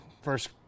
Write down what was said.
first